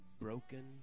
broken